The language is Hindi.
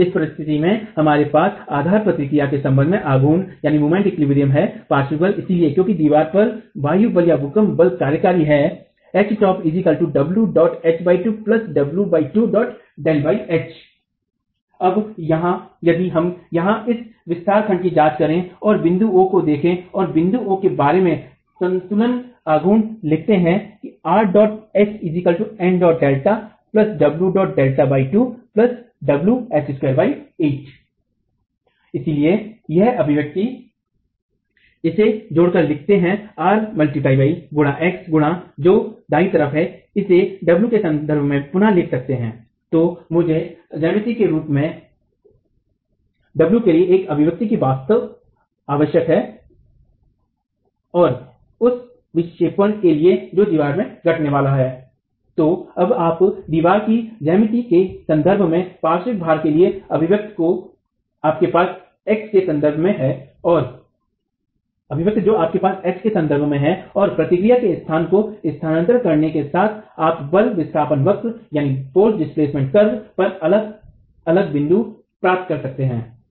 तोइस परिस्थिति में हमारे पास आधार प्रतिक्रिया के सम्बन्ध में आघूर्ण संतुलन है पार्श्विक बल इसलिए क्योंकि दीवार पर वायु बल या भूकंप बल कार्यकारी है अब यदि हम यहाँ इस विस्तार खंड की जाँच करें और बिंदु O को देखें और बिंदु O के बारे में संतुलन आघूर्ण लिखते है इसलिए यह अभिव्यक्ति इसे जोड़ कर लिखते है R× x× जो दायी तरफ है इसे w से सन्दर्भ में भी लिख पुनः लिख सकते है तो मुझे ज्यामिति के रूप में w के लिए एक अभिव्यक्ति की वास्तव आवश्यकता है और उस विक्षेपण के लिए जो दीवार में घटने वाला है तो अब आपके पास दीवार की ज्यामिति के संदर्भ में पार्श्विक भार के लिए अभिव्यक्ति जो आपके पास x एक्स के संदर्भ में है और प्रतिक्रिया के स्थानों को स्थानांतरण करने के साथ आप बल विस्थापन वक्र पर अलग अलग बिंदु प्राप्त कर सकते हैं